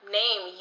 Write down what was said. name